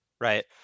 right